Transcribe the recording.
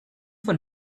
for